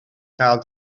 cael